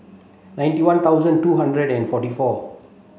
ninety one thousand two hundred and forty four